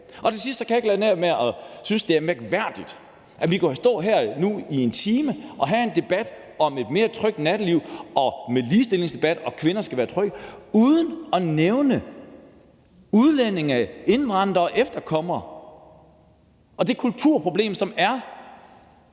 Til sidst kan jeg ikke lade være med at sige, at jeg synes, det er mærkværdigt, at vi kan stå her i en time og have en debat om et mere trygt natteliv, hvor vi taler om ligestilling og om, at kvinder skal være trygge, uden at nævne udlændinge, indvandrere og efterkommere og det kulturproblem, som